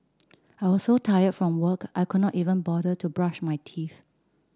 I was so tired from work I could not even bother to brush my teeth